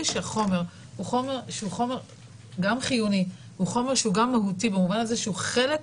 שהחומר הוא חומר חיוני והוא חומר שהוא גם מהותי במובן הזה שהוא חלק